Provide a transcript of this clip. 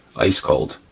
ice cold,